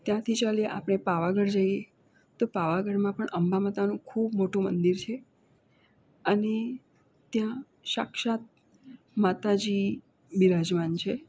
ત્યાંથી ચાલીએ આપણે પાવાગઢ જઈએ તો પાવાગઢમાં પણ અંબા માતાનું ખૂબ મોટું મંદિર છે અને ત્યાં સાક્ષાત માતાજી બિરાજમાન છે